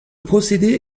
procédé